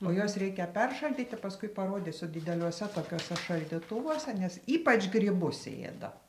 o juos reikia peršaldyti paskui parodysiu dideliuose tokiuose šaldytuvuose nes ypač grybus ėda